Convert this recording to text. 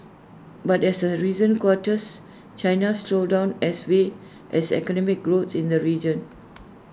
but as of recent quarters China's slowdown has weighed as economic growth in the region